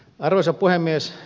arvoisa puhemies